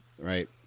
Right